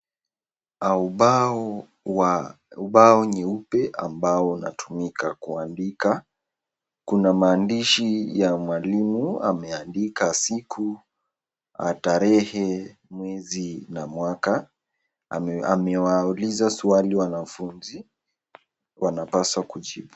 Ubao wa ubao nyeupe ambao unatumika kuandika. Kuna maandishi ya mwalimu ameandika siku, tarehe, mwezi na mwaka. Amewauliza swali wanafunzi, wanapaswa kujibu.